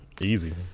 Easy